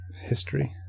history